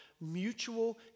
mutual